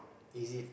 is it